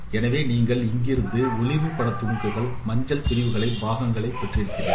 எனவே நீங்கள் இங்கிருந்து ஒளிர்வு பட துணுக்குகள் மஞ்சள் பிரிவுகளை பாகங்களாக பெறுகிறீர்கள்